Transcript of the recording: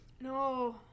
No